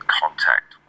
contact